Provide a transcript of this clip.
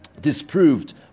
disproved